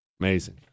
Amazing